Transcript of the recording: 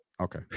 Okay